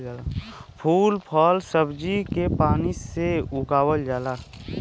फूल फल सब्जी के पानी से उगावल जाला